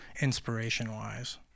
inspiration-wise